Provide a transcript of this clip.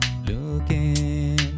Looking